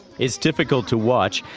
it's difficult to watch,